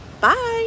Bye